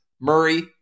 Murray